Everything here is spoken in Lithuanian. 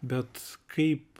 bet kaip